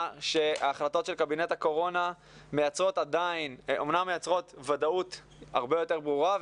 שההחלטות שלקבינט הקורונה אמנם מייצרות ודאות הרבה יותר ברורה,